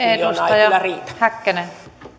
kyllä riitä